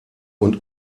und